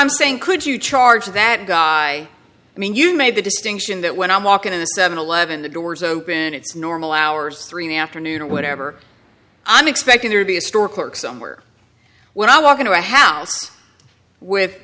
saying could you charge that guy i mean you made the distinction that when i walk into the seven eleven the doors open and it's normal hours three in the afternoon or whatever i'm expecting there to be a store clerk somewhere when i walk into a house with